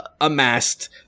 amassed